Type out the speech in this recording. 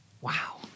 Wow